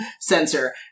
censor